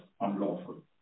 unlawful